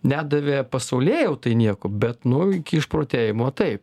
nedavė pasaulėjautai nieko bet nu iki išprotėjimo taip